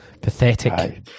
pathetic